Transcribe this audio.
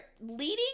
leading